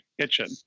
kitchen